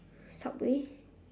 subway